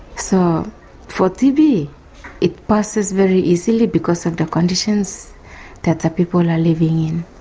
so for tb it passes very easily because of the conditions that the people are living in.